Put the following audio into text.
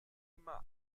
immer